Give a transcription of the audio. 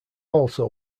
also